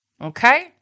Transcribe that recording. Okay